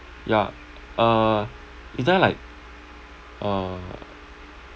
ya uh is there like uh